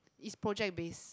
is project based